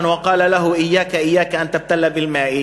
וקאל לה איאכּ איאכּ אן תבּתל בּאל-מאא,